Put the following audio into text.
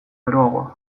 beroago